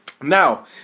Now